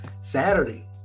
Saturday